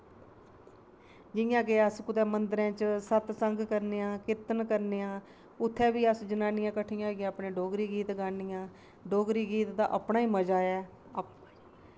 जियां के अस कुतै मन्दरैं च सतसंग करने आं कीर्तन करने आं उत्थैं बी अस जनानियां कट्ठियां होईयै अपने डोगरी गीत गानियां डोगरी गीत दा अपना गै मज़ा ऐ